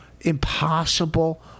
impossible